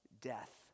death